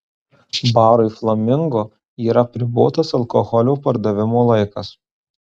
barui flamingo yra apribotas alkoholio pardavimo laikas